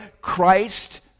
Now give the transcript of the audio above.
Christ